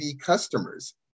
customers